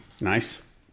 Nice